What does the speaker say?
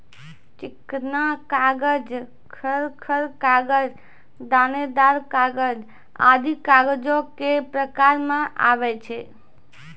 चिकना कागज, खर खर कागज, दानेदार कागज आदि कागजो क प्रकार म आवै छै